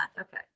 Okay